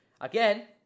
Again